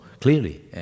clearly